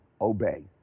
obey